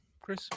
Chris